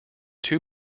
two